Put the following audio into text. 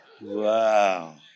Wow